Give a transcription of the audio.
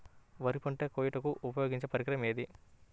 వరి పంట కోయుటకు ఉపయోగించే పరికరం ఏది?